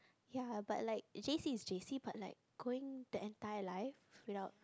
ya but like J_C is J_C but like going the entire life without